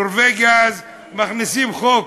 נורבגיה, אז, מכניסים חוק,